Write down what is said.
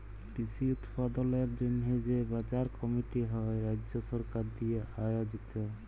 কৃষি উৎপাদলের জন্হে যে বাজার কমিটি হ্যয় রাজ্য সরকার দিয়া আয়জিত